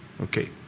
Okay